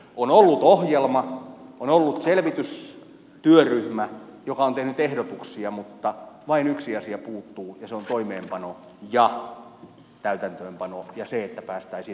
on ollut ohjelma on ollut selvitystyöryhmä joka on tehnyt ehdotuksia mutta vain yksi asia puuttuu ja se on toimeenpano ja täytäntöönpano ja se että päästäisiin aidosti eteenpäin